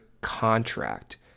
contract